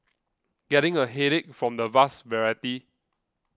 getting a headache from the vast variety